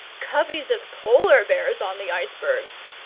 coveys of polar bears on the icebergs.